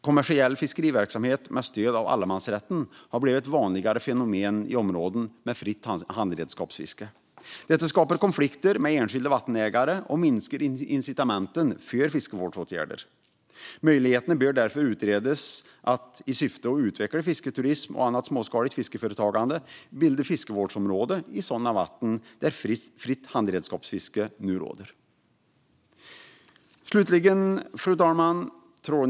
Kommersiell fiskeriverksamhet med stöd av allemansrätten har blivit ett vanligare fenomen i områden med fritt handredskapsfiske. Detta skapar konflikter med enskilda vattenägare och minskar incitamenten för fiskevårdsåtgärder. Möjligheterna bör därför utredas att, i syfte att utveckla fisketurism och annat småskaligt fiskeföretagande, bilda fiskevårdsområden i sådana vatten där fritt handredskapsfiske nu råder.